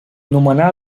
nomenà